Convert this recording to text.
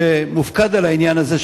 שמופקד על העניין הזה,